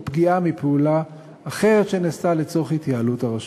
או פגיעה מפעולה אחרת שנעשתה לצורך התייעלות הרשות.